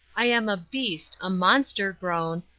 i am a beast, a monster grown,